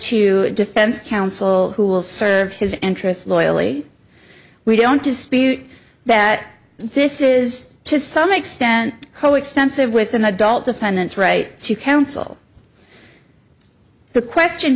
to defense counsel who will serve his interests loyally we don't dispute that this is to some extent coextensive with an adult defendant's right to counsel the question